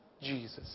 Jesus